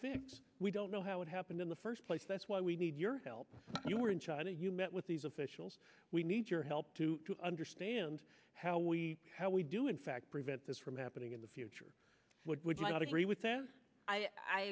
fix we don't know what happened in the first place that's why we need your help you were in china you met with these officials we need your help to understand how we how we do in fact prevent this from happening in the future what would not agree with